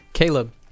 Caleb